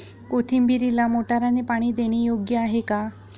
कोथिंबीरीला मोटारने पाणी देणे योग्य आहे का?